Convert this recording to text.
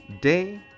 day